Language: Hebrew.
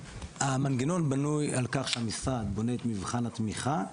המנגנון בנוי על כך שהמשרד בונה את מבחן התמיכה,